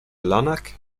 lanark